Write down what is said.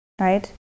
right